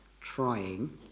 trying